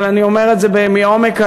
אבל אני אומר את זה מעומק הלב: